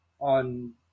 on